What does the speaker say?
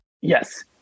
yes